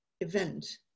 event